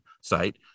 site